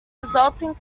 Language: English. resulting